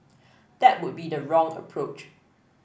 that would be the wrong approach